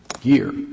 gear